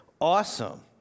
awesome